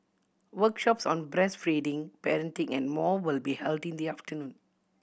workshops on breastfeeding parenting and more will be held in the afternoon